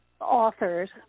authors